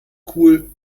cool